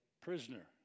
prisoner